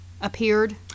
appeared